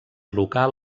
local